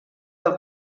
del